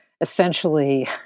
essentially